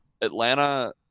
Atlanta